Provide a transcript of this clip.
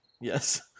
Yes